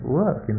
work